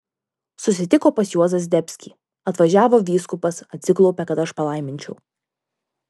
susitiko pas juozą zdebskį atvažiavo vyskupas atsiklaupė kad aš palaiminčiau